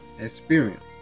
experience